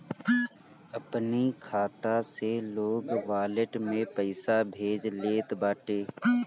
अपनी खाता से लोग वालेट में पईसा भेज लेत बाटे